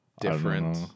different